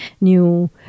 New